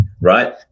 right